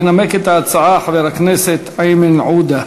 ינמק את ההצעה חבר הכנסת איימן עודה.